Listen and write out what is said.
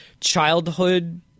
childhood